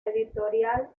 editorial